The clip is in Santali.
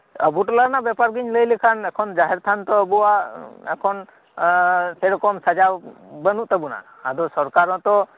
ᱟᱹᱵᱩ ᱴᱚᱞᱟ ᱨᱮᱱᱟᱜ ᱵᱮᱯᱟᱨᱜᱤᱧ ᱞᱟᱹᱭ ᱞᱮᱠᱷᱟᱱ ᱮᱠᱷᱚᱱ ᱡᱟᱦᱮᱨ ᱛᱷᱟᱱ ᱛᱚ ᱟᱵᱩᱣᱟᱜ ᱮᱠᱷᱚᱱ ᱥᱮᱨᱚᱠᱚᱢ ᱥᱟᱡᱟᱣ ᱵᱟᱹᱱᱩᱜ ᱛᱟᱵᱩᱱᱟ ᱟᱫᱚ ᱥᱚᱨᱠᱟᱨ ᱦᱚᱸᱛᱚ